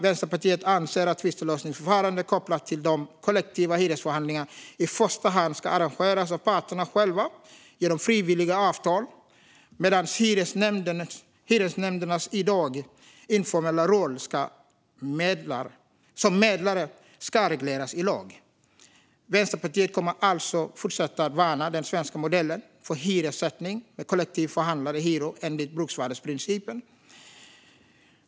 Vänsterpartiet anser att tvistlösningsförfaranden kopplade till de kollektiva hyresförhandlingarna i första hand ska arrangeras av parterna själva genom frivilliga avtal, medan hyresnämndernas i dag informella roll som medlare ska regleras i lag. Vänsterpartiet kommer alltså att fortsätta värna den svenska modellen för hyressättning med kollektivt förhandlade hyror enligt bruksvärdesprincipen.